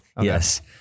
Yes